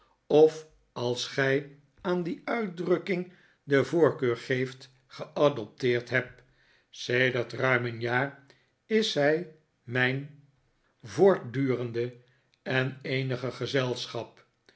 of als gij aan die uitdrukking de voorkeur geeft geadopteerd heb sedert ruim een jaar is zij mijn voortdurende en